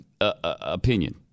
opinion